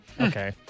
okay